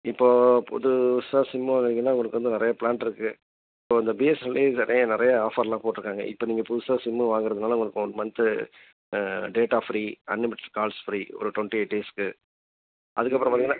இப்போது புதுசாக சிம்மு வாங்கறிங்கன்னா உங்களுக்கு வந்து நிறைய ப்ளான் இருக்குது இப்போது இந்த பிஎஸ்என்எல்லில் நிறைய நிறைய ஆஃபர்லாம் போட்டிருக்காங்க இப்போ நீங்கள் புதுசாக சிம்மு வாங்குகிறதுனால உங்களுக்கு one month data free unlimiteds calls free ஒரு டொண்ட்டி எயிட் டேஸுக்கு அதுக்கப்புறம் பார்த்திங்கன்னா